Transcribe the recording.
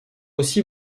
aussi